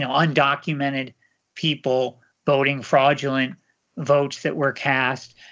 and undocumented people voting fraudulent votes that were cast.